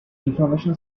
information